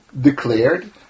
declared